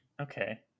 Okay